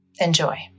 Enjoy